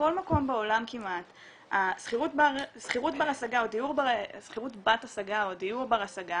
בכל מקום בעולם כמעט השכירות בת השגה או דיור בר השגה